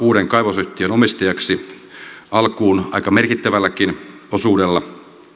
sitouduttava uuden kaivosyhtiön omistajaksi alkuun aika merkittävälläkin osuudella